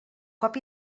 cop